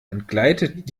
entgleitet